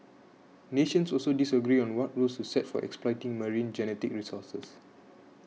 nations also disagree on what rules to set for exploiting marine genetic resources